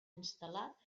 instal·lat